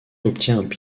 obtient